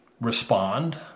respond